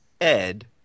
Ed